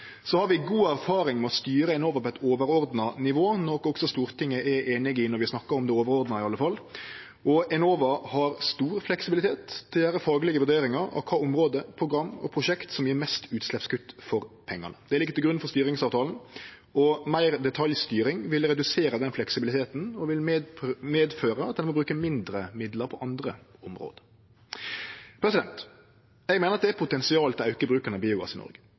Så har vi god erfaring med å styre Enova på eit overordna nivå, noko også Stortinget er einig i, iallfall når vi snakkar om det overordna, og Enova har stor fleksibilitet til å gjere faglege vurderingar av kva område, program og prosjekt som gjev mest utsleppskutt for pengane. Det ligg til grunn for styringsavtalen, og meir detaljstyring vil redusere den fleksibiliteten og vil medføre at ein må bruke mindre midlar på andre område. Eg meiner at det er potensial til å auke bruken av biogass i Noreg.